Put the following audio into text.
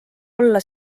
olla